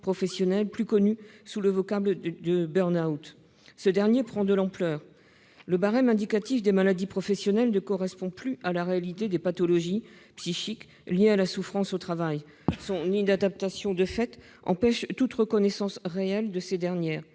professionnel, plus connu sous le vocable de burn-out. Ce dernier prend de l'ampleur. Le barème indicatif des maladies professionnelles ne correspond plus à la réalité des pathologies psychiques liées à la souffrance au travail. Son inadaptation empêche, de fait, toute reconnaissance réelle de ces dernières.